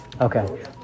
Okay